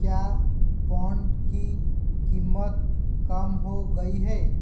क्या पौंड की कीमत कम हो गई है